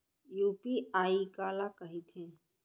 UPI काला कहिथे?